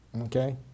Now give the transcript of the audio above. okay